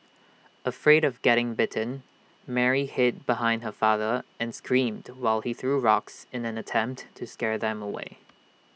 afraid of getting bitten Mary hid behind her father and screamed while he threw rocks in an attempt to scare them away